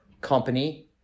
company